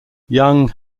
young